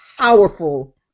powerful